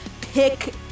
pick